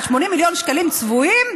על 80 מיליון שקלים צבועים,